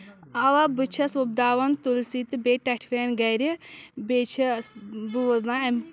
اَوا بہٕ چھَس وۄپداوَن تُلسی تہٕ بیٚیہِ ٹؠٹھوین گرِ بیٚیہِ چھِس بہٕ وۄنۍ